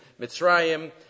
Mitzrayim